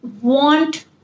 want